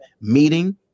meeting